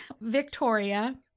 Victoria